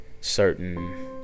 Certain